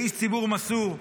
לאיש ציבור מסור.